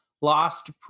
lost